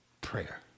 prayer